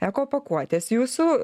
eko pakuotės jūsų